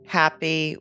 happy